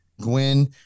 Gwen